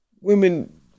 Women